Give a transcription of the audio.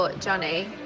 Johnny